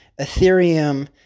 Ethereum